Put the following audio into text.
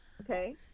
okay